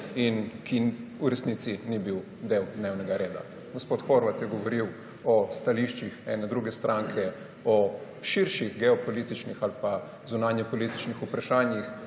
in ki v resnici ni bil del dnevnega reda. Gospod Horvat je govoril o stališčih ene druge stranke, o širših geopolitičnih ali pa zunanjepolitičnih vprašanjih,